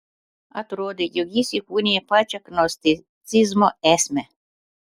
atrodė jog jis įkūnija pačią gnosticizmo esmę